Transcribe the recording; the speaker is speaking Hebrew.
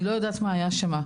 אני לא יודעת מה היה שם.